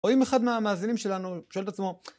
או אם אחד מהמאזינים שלנו שואל את עצמו